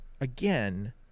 again